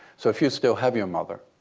so if you still have your mother,